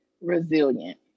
resilient